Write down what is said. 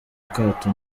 akato